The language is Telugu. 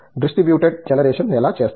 డిస్ట్రీబుటెడ్ జనరేషన్ ఎలా చేస్తారు